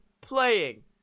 playing